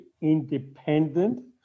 independent